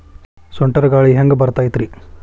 ಸುಂಟರ್ ಗಾಳಿ ಹ್ಯಾಂಗ್ ಬರ್ತೈತ್ರಿ?